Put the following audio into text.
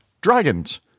Dragons